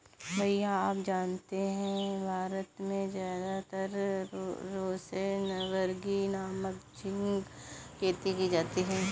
भैया आप जानते हैं भारत में ज्यादातर रोसेनबर्गी नामक झिंगा खेती की जाती है